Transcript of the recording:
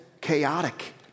chaotic